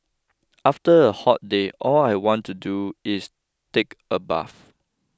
after a hot day all I want to do is take a bath